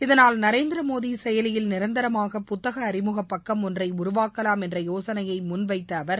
இதனால் நரேந்திரமோடி செயலியில் நிரந்தரமாக புத்தக அறிமுக பக்கம் ஒன்றை உருவாக்கலாம் என்ற யோசனையை முன்வைத்த அவர்